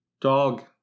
Dog